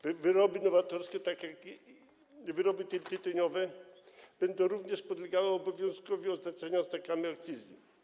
Wyroby nowatorskie, tak jak wyroby tytoniowe, będą również podlegały obowiązkowi oznaczenia znakami akcyzy.